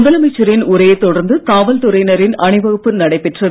முதலமைச்சரின் உரையைத் தொடர்ந்து காவல் துறையினரின் அணிவகுப்பு நடைபெற்றது